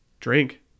drink